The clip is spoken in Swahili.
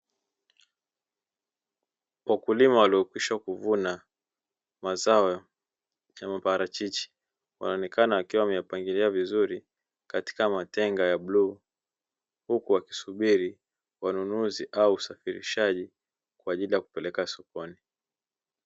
Wakulima waliokwisha kuvuna mazao ya maparachichi wanaonekana wakiwa wameyapangilia vizuri katika matenga ya bluu, huku wakisubiri wanunuzi au usafirishaji kwa ajili ya kupeleka sokoni.